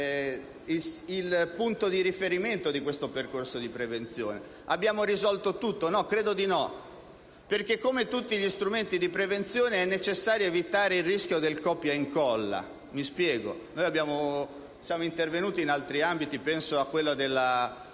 il punto di riferimento di questo percorso di prevenzione. Abbiamo risolto tutto? No credo di no, perché, come tutti gli strumenti di prevenzione, è necessario evitare il rischio del «copia e incolla». Mi spiego. Noi siamo intervenuti in altri ambiti: penso a quello della